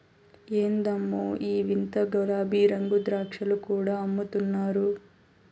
ఎందమ్మో ఈ వింత గులాబీరంగు ద్రాక్షలు కూడా అమ్ముతున్నారు